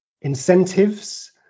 incentives